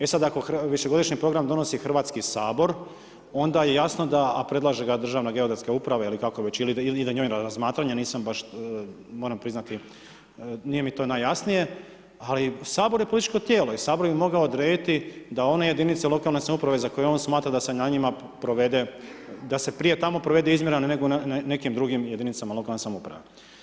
E sad ako višegodišnji program donosi Hrvatski sabor onda je jasno da, a predlaže ga Državna geodetska uprava ili kako već, ili ide njoj na razmatranje, nisam baš moram priznati, nije mi to najjasnije ali Sabor je političko tijelo i Sabor bi mogao odrediti da one jedinice lokalne samouprave za koje on smatram da se na njima provede, da se prije tamo provede izmjera nego na nekim drugim jedinicama lokalne samouprave.